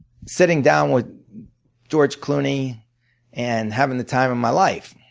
sitting down with george clooney and having the time of my life.